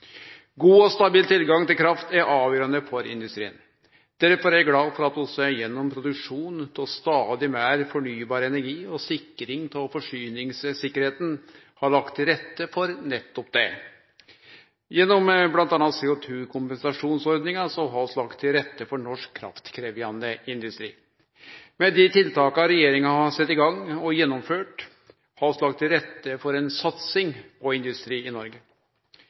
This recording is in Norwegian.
God og stabil tilgang til kraft er avgjerande for industrien. Derfor er eg glad for at vi gjennom produksjon av stadig meir fornybar energi og sikring av forsyningssikkerheita har lagt til rette for nettopp det. Gjennom m.a. CO2-kompensasjonsordninga har vi lagt til rette for norsk kraftkrevjande industri. Med dei tiltaka regjeringa har sette i gang og gjennomførte, har vi lagt til rette for ei satsing på industri i Noreg.